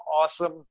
awesome